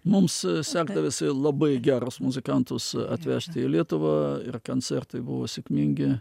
mums sekdavosi labai gerus muzikantus atvežti į lietuvą ir kancertai buvo sėkmingi